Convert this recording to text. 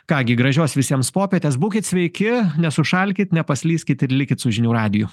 ką gi gražios visiems popietės būkit sveiki nesušalkit nepaslyskit ir likit su žinių radiju